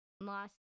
Last